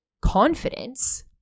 confidence